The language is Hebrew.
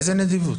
איזה נדיבות?